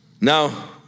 Now